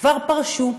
כבר פרשו,